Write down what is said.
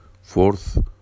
fourth